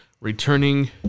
returning